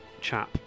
chap